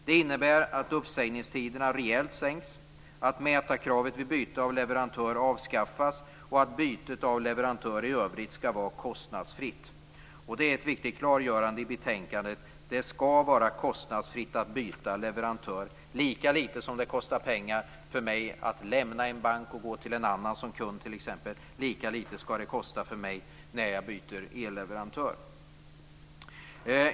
Det innebär att uppsägningstiderna sänks rejält, att mätarkravet vid byte av leverantör avskaffas och att byte av leverantör i övrigt skall vara kostnadsfritt. Det är ett viktigt klargörande i betänkandet. Det skall vara kostnadsfritt att byta leverantör. Lika lite som det kostar pengar för mig att lämna en bank och gå till en annan som kund, t.ex., lika lite skall det kosta för mig när jag byter elleverantör.